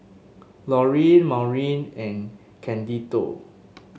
Laurine Maurine and Candido